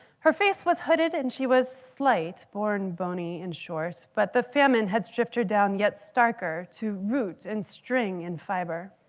her face was hooded and she was slight, born bony and short but the feminine has drifted down yet starker to root and string and fiber.